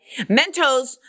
Mentos